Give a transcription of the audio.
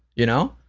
you know?